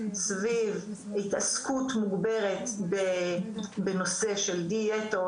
סביב התעסקות מוגברת בנושא של דיאטות,